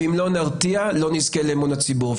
ואם לא נרתיע לא נזכה לאמון הציבור,